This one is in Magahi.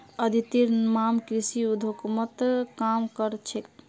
अदितिर मामा कृषि उद्योगत काम कर छेक